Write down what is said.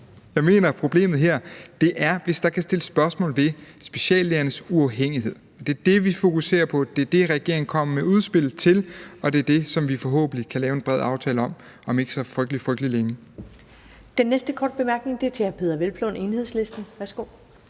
jeg mener er problemet her, er, hvis der kan sættes spørgsmålstegn ved speciallægernes uafhængighed. Det er det, vi fokuserer på. Det er det, regeringen kommer med et udspil til. Og det er det, som vi forhåbentlig kan lave en bred aftale om om ikke så frygtelig, frygtelig længe. Kl. 19:59 Første næstformand (Karen Ellemann): Den næste